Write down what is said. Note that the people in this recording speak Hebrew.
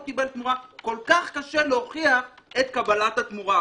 קיבל תמורה כל כך קשה להוכיח את קבלת התמורה.